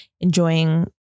enjoying